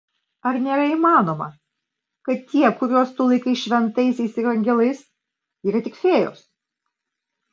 ar nėra įmanoma kad tie kuriuos tu laikai šventaisiais ir angelais yra tik fėjos